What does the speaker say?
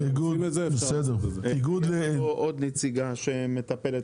יש עוד נציגה מהממשלה.